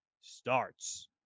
starts